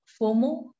FOMO